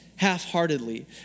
half-heartedly